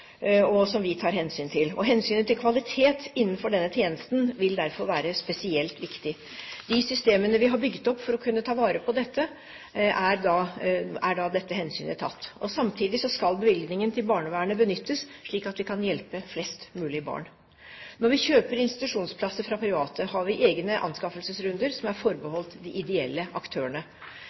og som vi tar hensyn til. Hensynet til kvalitet innenfor denne tjenesten vil derfor være spesielt viktig. De systemene vi har, er bygget opp for å kunne ta vare på dette. Samtidig skal bevilgningene til barnevernet benyttes, slik at vi kan hjelpe flest mulig barn. Når vi kjøper institusjonsplasser fra private, har vi egne anskaffelsesrunder som er forbeholdt de ideelle aktørene.